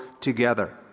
together